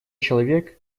человек